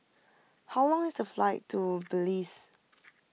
how long is the flight to Belize